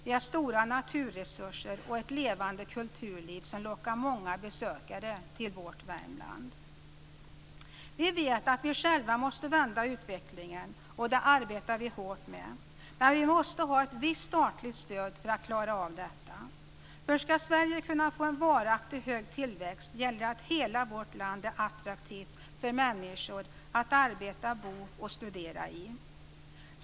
Vi har stora naturresurser och ett levande kulturliv, som lockar många besökare till vårt Värmland. Vi vet att vi själva måste vända utvecklingen, och det arbetar vi hårt med, men vi måste ha ett visst statligt stöd för att klara detta. För ska Sverige kunna få en varaktig hög tillväxt gäller det att hela vårt land är attraktivt för människor att arbeta, bo och studera i.